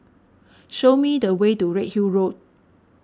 show me the way to Redhill Road